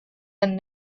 and